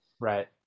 right